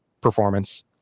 performance